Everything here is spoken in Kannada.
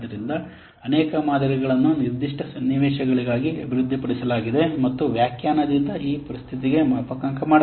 ಆದ್ದರಿಂದ ಅನೇಕ ಮಾದರಿಗಳನ್ನು ನಿರ್ದಿಷ್ಟ ಸನ್ನಿವೇಶಗಳಿಗಾಗಿ ಅಭಿವೃದ್ಧಿಪಡಿಸಲಾಗಿದೆ ಮತ್ತು ವ್ಯಾಖ್ಯಾನದಿಂದ ಆ ಪರಿಸ್ಥಿತಿಗೆ ಮಾಪನಾಂಕ ಮಾಡಲಾಗುತ್ತದೆ